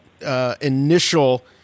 Initial